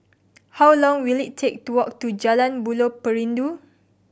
how long will it take to walk to Jalan Buloh Perindu